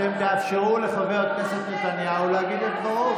אתם תאפשרו לחבר הכנסת נתניהו להגיד את דברו,